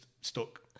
stuck